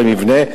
של המבנה,